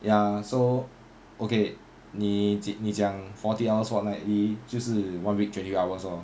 ya so okay 你你讲 forty hours fortnightly 就是 one week twenty hours lor